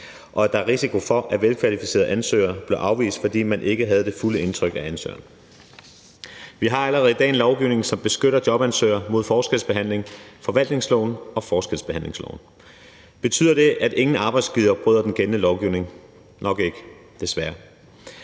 og at der var risiko for, at velkvalificerede ansøgere blev afvist, fordi man ikke havde det fulde indtryk af ansøgeren. Vi har allerede i dag en lovgivning, som beskytter jobansøgere mod forskelsbehandling, forvaltningsloven og forskelsbehandlingsloven. Betyder det, at ingen arbejdsgivere bryder den gældende lovgivning? Nok ikke, desværre.